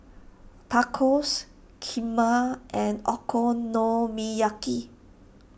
Tacos Kheema and Okonomiyaki